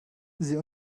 sie